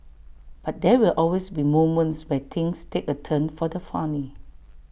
but there will always be moments where things take A turn for the funny